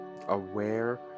aware